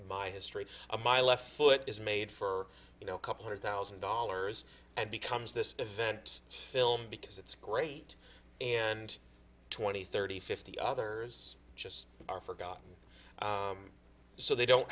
my history of my left foot is made for you know a couple hundred thousand dollars and becomes this event film because it's great and twenty thirty fifty others just are forgotten so they don't